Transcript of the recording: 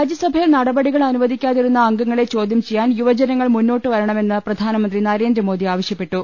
രാജ്യസഭയിൽ നടപടികൾ അനുവദിക്കാതിരുന്ന അംഗങ്ങളെ ചോദ്യം ചെയ്യാൻ യുവജനങ്ങൾ മുന്നോട്ട് വരണമെന്ന് പ്രധാനമന്ത്രി നരേന്ദ്രമോദി ആവശ്യപ്പെട്ടു